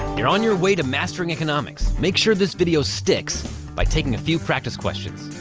you're on your way to mastering economics. make sure this video sticks by taking a few practice questions.